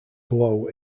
glow